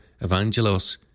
Evangelos